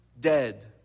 dead